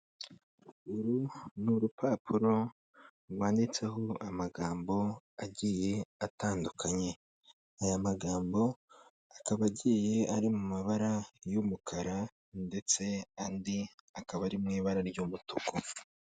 Uru ni urupapuro rwanditseho amagambo agiye atandukanye, aya magambo akaba agiye ari mu mabara y'umukara ndetse andi akaba ari mu ibara ry'umutuku.